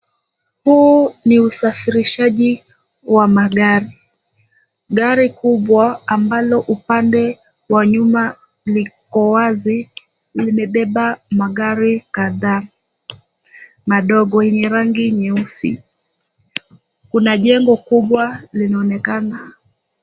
Huu ni usafirishaji wa magari. Gari kubwa ambalo upande wa nyuma liko wazi, limebeba magari kadhaa, madogo yenye rangi nyeusi. Kuna jengo kubwa linaonekana.